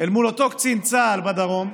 מול אותו קצין צה"ל בדרום,